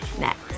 next